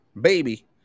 baby